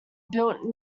built